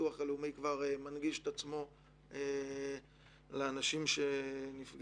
הביטוח הלאומי כבר מנגיש את עצמו לאנשים שנפגעים.